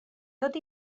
tot